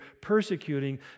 persecuting